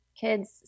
kids